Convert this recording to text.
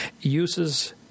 uses